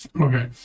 Okay